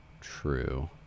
true